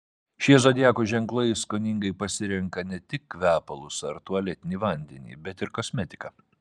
šie zodiako ženklai skoningai pasirenka ne tik kvepalus ar tualetinį vandenį bet ir kosmetiką